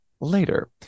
later